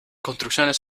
construcciones